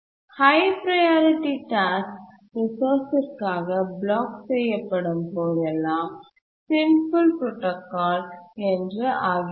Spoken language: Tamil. ஹய் ப்ரையாரிட்டி டாஸ்க் ரிசோர்ஸ்சிற்காக பிளாக் செய்யப்படும் போதெல்லாம் சிம்பிள் புரோடாகால் என்று ஆகிறது